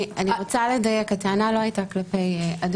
אני רוצה לדייק, הטענה לא הייתה כלפי אדוני.